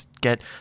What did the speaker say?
get